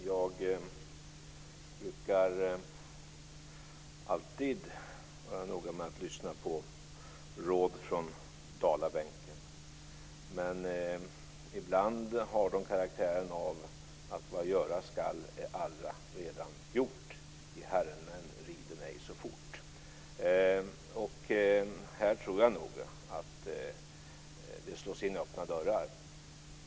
Fru talman! Jag brukar vara noga med att lyssna på råd från Dalabänken, men ibland har de karaktären av: Vad göras skall är allaredan gjort, I herredagsmän riden icke så fort. Här tror jag nog att det slås in öppna dörrar.